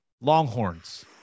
longhorns